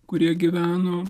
kurie gyveno